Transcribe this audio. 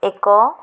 ଏକ